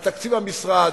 על תקציב המשרד,